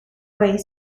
way